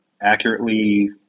accurately